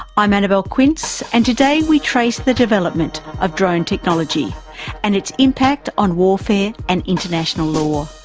i'm annabelle quince, and today we trace the development of drone technology and its impact on warfare and international law.